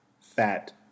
fat